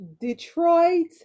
Detroit